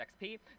XP